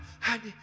honey